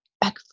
back